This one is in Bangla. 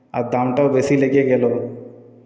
আর দামটাও বেশি লেগে গেল